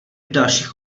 dalších